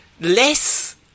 less